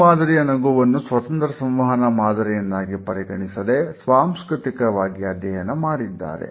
ಈ ಮಾದರಿಯ ನಗುವನ್ನು ಸ್ವತಂತ್ರ ಸಂವಹನ ಮಾದರಿಯನ್ನಾಗಿ ಪರಿಗಣಿಸದೆ ಸಾಂಸ್ಕೃತಿಕವಾಗಿ ಅಧ್ಯಯನ ಮಾಡಿದ್ದಾರೆ